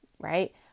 right